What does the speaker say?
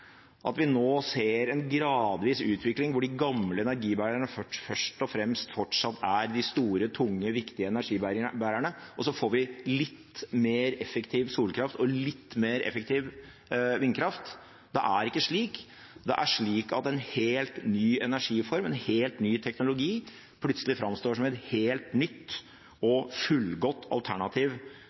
at vi nå ser en gradvis utvikling hvor det fortsatt er de gamle energibærerne som først og fremst er de store, tunge og viktige energibærerne, og så får vi litt mer effektiv solkraft og litt mer effektiv vindkraft. Det er ikke slik. Det er slik at en helt ny energiform, en helt ny teknologi plutselig framstår som et helt nytt og fullgodt alternativ